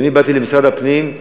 כשאני באתי למשרד הפנים,